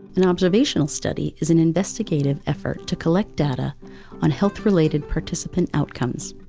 an observational study is an investigative effort to collect data on health-related participant outcomes.